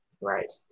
Right